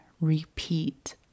repeat